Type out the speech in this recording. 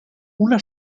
una